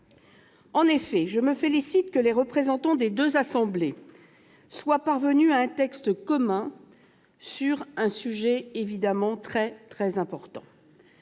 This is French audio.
En effet, je me félicite que les représentants des deux assemblées soient parvenus à un texte commun sur un sujet aussi important.